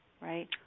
right